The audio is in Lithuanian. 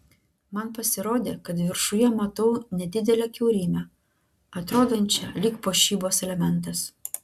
man pasirodė kad viršuje matau nedidelę kiaurymę atrodančią lyg puošybos elementas